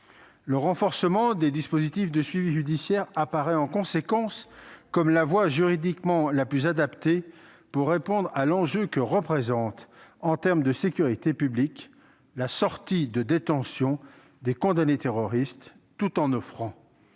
Le renforcement des dispositifs de suivi judiciaire apparaît, en conséquence, comme la voie juridiquement la plus adaptée pour répondre à l'enjeu que représente, en termes de sécurité publique, la sortie de détention des condamnés terroristes, tout en offrant